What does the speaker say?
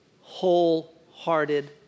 wholehearted